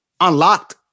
unlocked